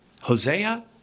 Hosea